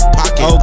pocket